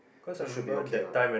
so should be okay lah